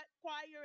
choir